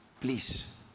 please